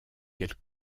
quelque